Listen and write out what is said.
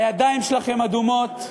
הידיים שלכם אדומות,